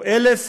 או 1,000,